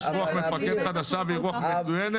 יש רוח מפקד חדשה והיא רוח מצוינת.